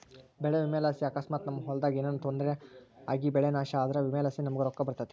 ಬೆಳೆ ವಿಮೆಲಾಸಿ ಅಕಸ್ಮಾತ್ ನಮ್ ಹೊಲದಾಗ ಏನನ ತೊಂದ್ರೆ ಆಗಿಬೆಳೆ ನಾಶ ಆದ್ರ ವಿಮೆಲಾಸಿ ನಮುಗ್ ರೊಕ್ಕ ಬರ್ತತೆ